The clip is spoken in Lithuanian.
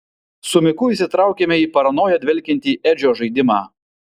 su miku įsitraukėme į paranoja dvelkiantį edžio žaidimą